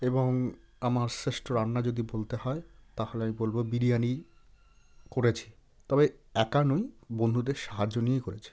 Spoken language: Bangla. এবং আমার শ্রেষ্ঠ রান্না যদি বলতে হয় তাহলে আমি বলবো বিরিয়ানি করেছি তবে একা নই বন্ধুদের সাহায্য নিয়েই করেছি